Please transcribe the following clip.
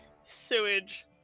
sewage